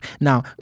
Now